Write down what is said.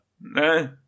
No